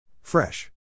Fresh